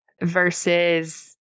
versus